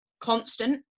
constant